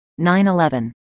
9-11